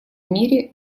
мире